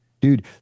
dude